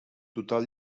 total